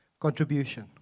Contribution